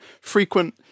frequent